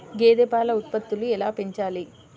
గేదె పాల ఉత్పత్తులు ఎలా పెంచాలి?